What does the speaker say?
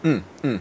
mm mm